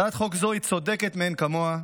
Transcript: הצעת חוק זו היא צודקת מאין כמוה.